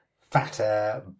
fatter